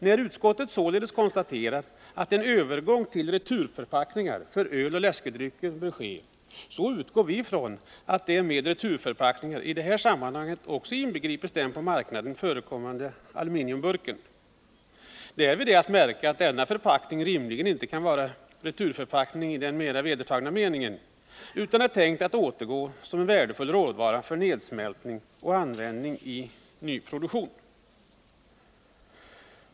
När utskottet således konstaterar att en övergång till returförpackningar för öl och läskedrycker bör ske, utgår vi från att man med returförpackning i detta sammanhang också avser den på marknaden förekommande aluminiumburken. Därvid är att märka att denna förpackning rimligen inte kan vara en returförpackning i den mer vedertagna meningen utan är tänkt att återgå som en värdefull råvara för nedsmältning och användning i nyproduktionen.